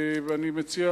אני מציע,